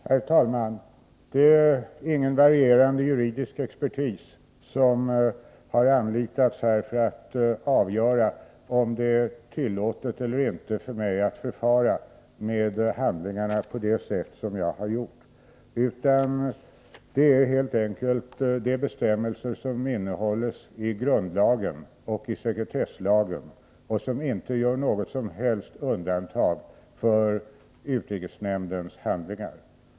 Herr talman! Det är ingen varierande juridisk expertis som här har anlitats för att avgöra om det är tillåtet eller inte för mig att förfara med handlingarna på det sätt som jag har gjort, utan helt enkelt de bestämmelser som finns i grundlagen och sekretesslagen och som inte gör något som helst undantag för utrikesnämndens handlingar.